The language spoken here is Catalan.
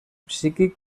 psíquic